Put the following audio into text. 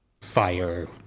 fire